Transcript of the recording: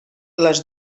les